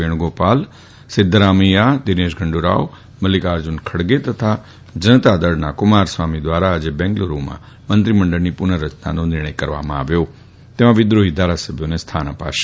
વેણુગો ાલ સિદ્વારમૈથાહ દિનેશગુંડુ રાવ મઢલ્લકાર્જુન ખડગે તથા જનતાદળના કુમારસ્વામી વ્રારા આજે બેંગલુરૂમાં મંત્રીમંડળની પુનર્રચનાનો નિર્ણય કરવામાં આવ્યો હતો અને તેમાં વિદ્રોહી ધારાસભ્યોને સ્થાન અ ાશે